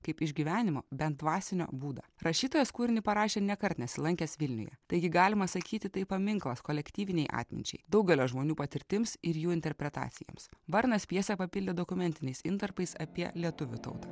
kaip išgyvenimo bent dvasinio būdą rašytojas kūrinį parašė nėkart nesilankęs vilniuje taigi galima sakyti tai paminklas kolektyvinei atminčiai daugelio žmonių patirtims ir jų interpretacijoms varnas pjesę papildė dokumentiniais intarpais apie lietuvių tautą